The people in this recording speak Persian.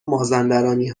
مازندرانی